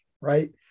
right